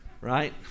Right